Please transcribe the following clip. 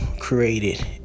created